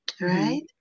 right